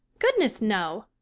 goodness, no.